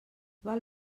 val